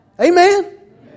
Amen